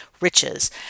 riches